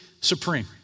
supreme